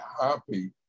happy